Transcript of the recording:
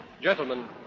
Gentlemen